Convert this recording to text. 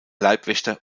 leibwächter